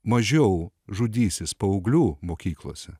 mažiau žudysis paauglių mokyklose